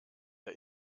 der